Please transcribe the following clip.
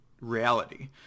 reality